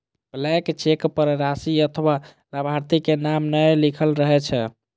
blank cheque पर राशि अथवा लाभार्थी के नाम नै लिखल रहै छै